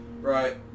Right